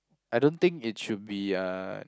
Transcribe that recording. I don't think it should be uh